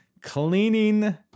cleaning